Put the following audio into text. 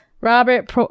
Robert